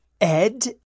Ed